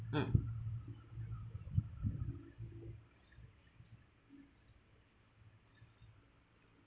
mm